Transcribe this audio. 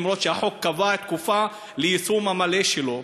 אף שהחוק קבע תקופה ליישום המלא שלו,